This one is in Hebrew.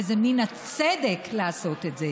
ומן הצדק לעשות את זה.